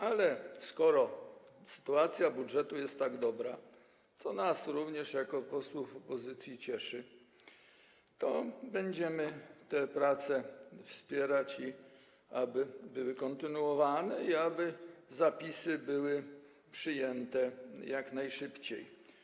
Ale skoro sytuacja budżetu jest tak dobra, co nas jako posłów opozycji również cieszy, to będziemy te prace wspierać, aby były kontynuowane i aby te zapisy były przyjęte jak najszybciej.